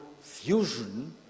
fusion